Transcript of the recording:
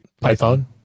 Python